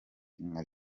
nka